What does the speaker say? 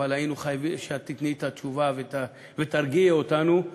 אבל היינו חייבים שאת תיתני את התשובה ותרגיעי אותנו.